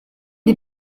des